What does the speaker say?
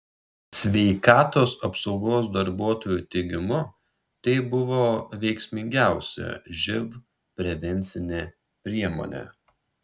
sveikatos apsaugos darbuotojų teigimu tai buvo veiksmingiausia živ prevencinė priemonė